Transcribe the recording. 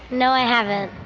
no, i haven't.